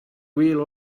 will